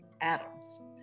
Adams